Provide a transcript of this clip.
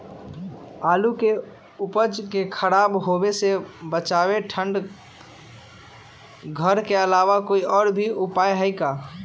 आलू के उपज के खराब होवे से बचाबे ठंडा घर के अलावा कोई और भी उपाय है का?